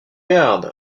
garde